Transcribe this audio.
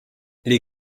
les